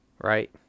Right